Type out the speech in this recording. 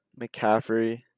McCaffrey